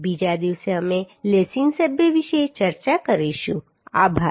બીજા દિવસે અમે લેસિંગ સભ્ય વિશે ચર્ચા કરીશું આભાર